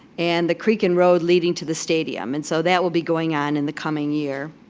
and the creek and road leading to the stadium. and so that will be going on in the coming year.